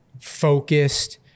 focused